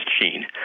gene